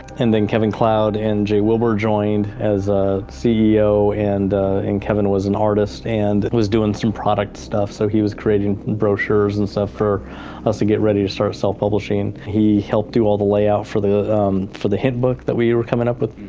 and then kevin cloud and jay wilbur joined as ah ceo, and and kevin was an artist and and was doing some product stuff, so he was creating brochures and stuff for us to get ready to start self-publishing. he helped do all the layout for the for the hint book that we were coming up with,